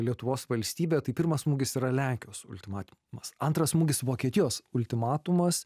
lietuvos valstybė tai pirmas smūgis yra lenkijos ultimatumas antras smūgis vokietijos ultimatumas